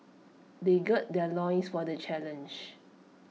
they gird their loins for the challenge